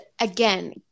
again